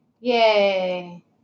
Yay